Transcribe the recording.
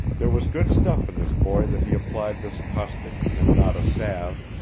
there was good stuff in this boy that he applied this caustic and not a salve.